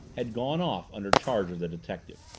had gone off under charge of the detective.